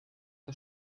der